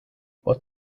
what